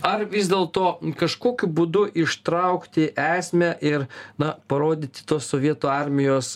ar vis dėlto kažkokiu būdu ištraukti esmę ir na parodyti tos sovietų armijos